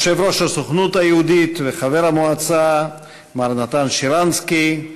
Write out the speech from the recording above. יושב-ראש הסוכנות היהודית וחבר המועצה מר נתן שרנסקי,